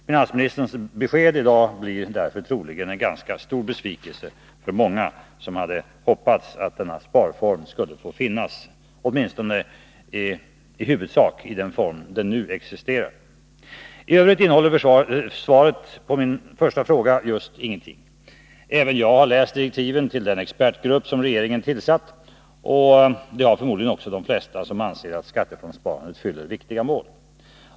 Finansministerns besked är troligen till stor besvikelse för många som hade hoppats att denna sparform åtminstone i huvudsak skulle få fortsätta att existera. I övrigt innehåller svaret på min första fråga just ingenting. Även jag har läst direktiven till den expertgrupp som regeringen tillsatt, och det har förmodligen de flesta gjort som anser att skattesparandet fyller viktiga mål.